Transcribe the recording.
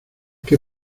que